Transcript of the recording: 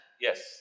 Yes